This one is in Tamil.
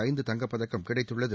ஐந்து தங்கப் பதக்கம் கிடைத்துள்ளது